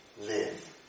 live